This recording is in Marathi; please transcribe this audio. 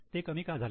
ते कमी का झाले